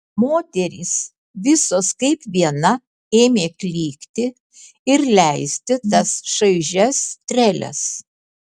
moterys visos kaip viena ėmė klykti ir leisti tas šaižias treles